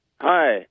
Hi